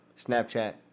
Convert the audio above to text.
Snapchat